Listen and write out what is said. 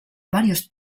varios